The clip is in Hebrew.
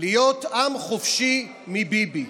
להיות עם חופשי מביבי.